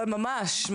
ממש.